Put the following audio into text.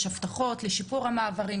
יש הבטחות לשיפור המעברים,